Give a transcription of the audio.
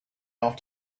off